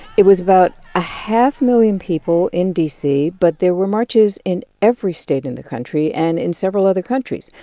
it was about a half million people in d c, but there were marches in every state in the country and in several other countries.